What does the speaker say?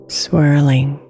swirling